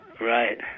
Right